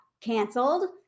canceled